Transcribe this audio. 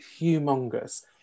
humongous